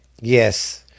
Yes